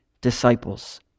disciples